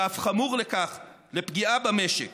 ואף חמור מכך, לפגיעה במשק,